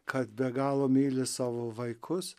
kad be galo myli savo vaikus